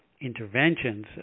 interventions